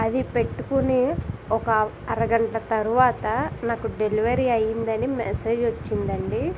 అది పెట్టుకొని ఒక అరగంట తర్వాత నాకు డెలివరీ అయింది అని మెసేజ్ వచ్చింది అండి